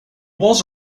was